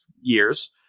years